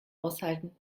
aushalten